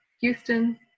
Houston